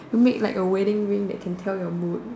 to make like a wedding ring that can tell your mood